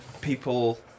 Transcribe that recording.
people